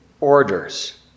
orders